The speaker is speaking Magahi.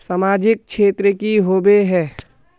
सामाजिक क्षेत्र की होबे है?